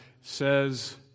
says